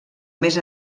més